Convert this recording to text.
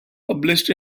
published